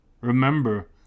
Remember